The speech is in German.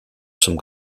zum